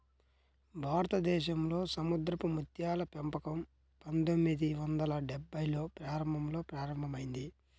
భారతదేశంలో సముద్రపు ముత్యాల పెంపకం పందొమ్మిది వందల డెభ్భైల్లో ప్రారంభంలో ప్రారంభమైంది